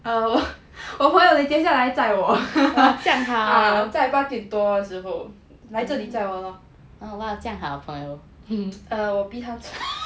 oh 我朋友的姐姐下来载我 ah 在八点多时候来这里载我咯 err 我逼她做